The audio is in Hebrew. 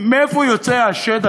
מאיפה יוצא השד,